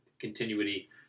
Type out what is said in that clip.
continuity